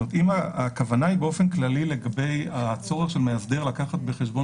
אם הכוונה היא באופן כללי לגבי הצורך של מאסדר לקחת בחשבון